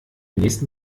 nächsten